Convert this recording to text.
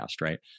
Right